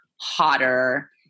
hotter